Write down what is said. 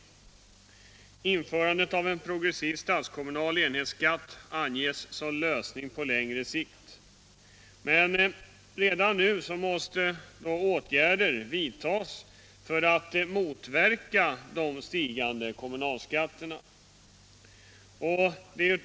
Tillförandet av en progressiv statskommunal enhetsskatt anges som en lösning på längre sikt, men redan nu måste åtgärder vidtas för att motverka de stigande kommunalskatterna.